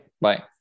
Bye